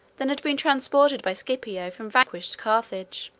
than had been transported by scipio from vanquished carthage.